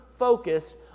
focused